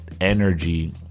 energy